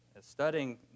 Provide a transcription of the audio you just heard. studying